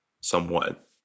somewhat